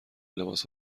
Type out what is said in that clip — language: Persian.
لباس